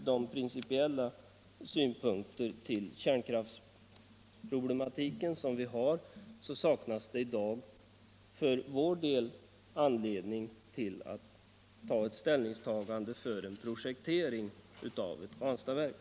De principiella synpunkter vi har på kärnkraftsproblematiken gör emellertid att vi inte kan ta ställning för en utbyggnad av Ranstadsverket.